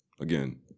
again